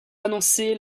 annoncez